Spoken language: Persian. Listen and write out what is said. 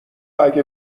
اگه